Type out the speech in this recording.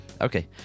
Okay